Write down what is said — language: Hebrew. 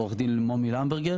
עו"ד מומי למברגר